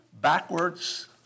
backwards